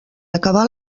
acabar